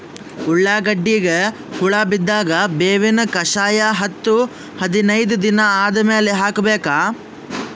ಉಳ್ಳಾಗಡ್ಡಿಗೆ ಹುಳ ಬಿದ್ದಾಗ ಬೇವಿನ ಕಷಾಯ ಹತ್ತು ಹದಿನೈದ ದಿನ ಆದಮೇಲೆ ಹಾಕಬೇಕ?